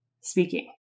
speaking